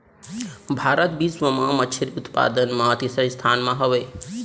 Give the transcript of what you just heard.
भारत बिश्व मा मच्छरी उत्पादन मा तीसरा स्थान मा हवे